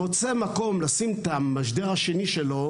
מוצא מקום לשים את המשדר השני שלו,